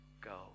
go